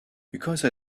because